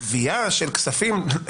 גבייה של כספים,